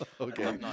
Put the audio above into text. Okay